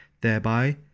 thereby